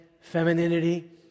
femininity